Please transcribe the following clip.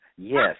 Yes